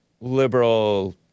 liberal